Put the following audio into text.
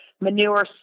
manure